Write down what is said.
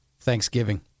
Thanksgiving